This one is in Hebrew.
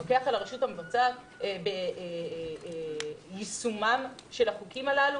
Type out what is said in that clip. גם לפקח על הרשות המבצעת ביישומם של החוקים הללו.